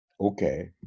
Okay